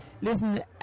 Listen